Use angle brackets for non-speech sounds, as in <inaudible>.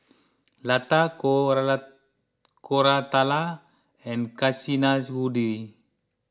Lata <unintelligible> Koratala and Kasinadhuni